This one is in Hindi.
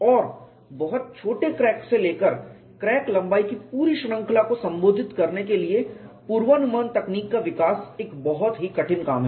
और बहुत छोटे क्रैक से लेकर क्रैक लंबाई की पूरी श्रृंखला को संबोधित करने के लिए पूर्वानुमान तकनीक का विकास एक बहुत ही कठिन काम है